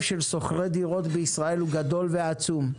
של שוכרי הדירות בישראל הוא גדול ועצום.